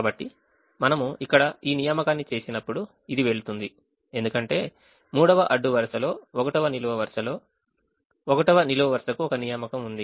కాబట్టి మనము ఇక్కడ ఈ నియామకాన్ని చేసినప్పుడు ఇది వెళ్తుంది ఎందుకంటే 3వ అడ్డు వరుసలో 1వ నిలువు వరుసలో 1వ నిలువు వరుసకు ఒక నియామకం ఉంది